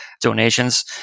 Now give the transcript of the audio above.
donations